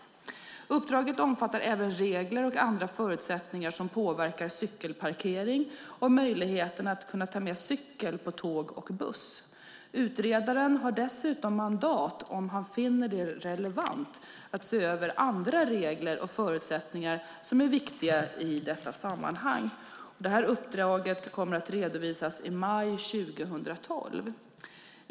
Uppdraget omfattar även regler och andra förutsättningar som påverkar cykelparkering och möjligheten att ta med cykel på tåg och buss. Utredaren har dessutom mandat att, om han finner det relevant, se över andra regler och förutsättningar som är viktiga i detta sammanhang. Uppdraget kommer att redovisas i maj 2012.